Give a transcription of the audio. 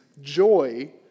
joy